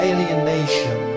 Alienation